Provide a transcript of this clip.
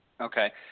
Okay